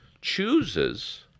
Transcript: chooses